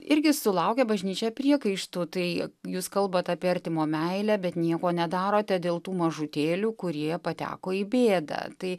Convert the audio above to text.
irgi sulaukia bažnyčia priekaištų tai jūs kalbat apie artimo meilę bet nieko nedarote dėl tų mažutėlių kurie pateko į bėdą tai